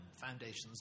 foundations